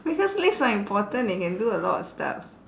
because lips are important they can do a lot of stuff